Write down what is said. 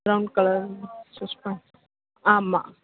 brown colour choose பண்ண ஆமாம்